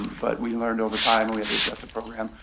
but we learned over time we had to adjust the program,